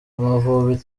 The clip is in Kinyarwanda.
amavubi